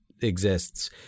exists